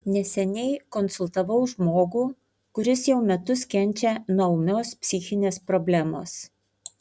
neseniai konsultavau žmogų kuris jau metus kenčia nuo ūmios psichinės problemos